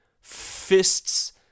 fists